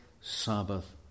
Sabbath